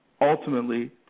ultimately